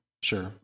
Sure